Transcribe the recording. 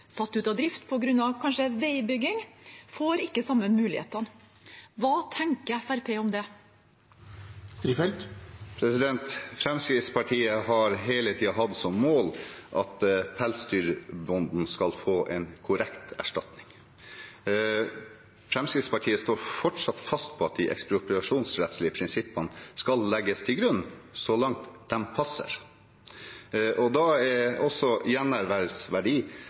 satt ut av drift, kanskje på grunn av veibygging, får ikke de samme mulighetene. Hva tenker Fremskrittspartiet om det? Fremskrittspartiet har hele tiden hatt som mål at pelsdyrbonden skal få en korrekt erstatning. Fremskrittspartiet står fortsatt fast på at de ekspropriasjonsrettslige prinsippene skal legges til grunn, så langt de passer. Da er også